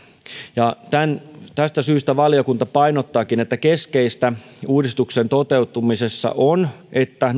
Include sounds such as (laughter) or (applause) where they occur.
ja tästä syystä valiokunta painottaakin että keskeistä uudistuksen toteutumisessa on että (unintelligible)